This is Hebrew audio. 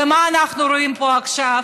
ומה אנחנו רואים פה עכשיו?